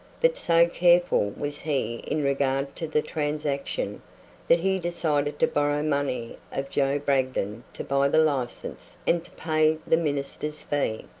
but so careful was he in regard to the transaction that he decided to borrow money of joe bragdon to buy the license and to pay the minister's fee.